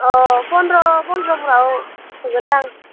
अ पन्द्र' पन्द्र'फोराव होगोन दां